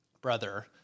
brother